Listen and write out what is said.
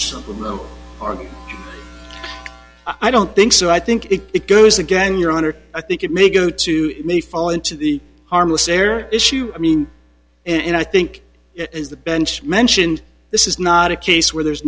something or i don't think so i think if it goes again your honor i think it may go to may fall into the harmless error issue i mean and i think it is the bench mentioned this is not a case where there